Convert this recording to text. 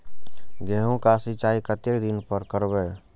गेहूं का सीचाई कतेक दिन पर करबे?